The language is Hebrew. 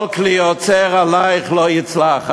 "כל כלי יוצר עליך לא יצלח".